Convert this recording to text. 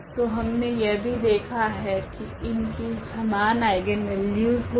तो हमने यह भी देखा है की इनकी समान आइगनवेल्यूस होगी